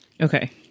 okay